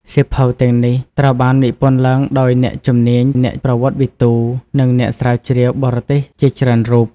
សៀវភៅទាំងនេះត្រូវបាននិពន្ធឡើងដោយអ្នកជំនាញ អ្នកប្រវត្តិវិទូ និងអ្នកស្រាវជ្រាវបរទេសជាច្រើនរូប។